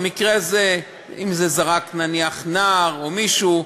במקרה הזה, אם זה רק נניח נער או מישהו,